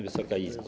Wysoka Izbo!